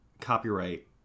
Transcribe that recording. copyright